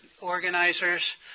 organizers